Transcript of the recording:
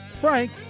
Frank